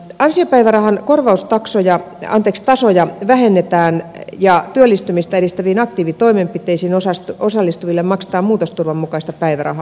ansiopäivärahan korvaustasoja vähennetään ja työllistymistä edistäviin aktiivitoimenpiteisiin osallistuville maksetaan muutosturvan mukaista päivärahaa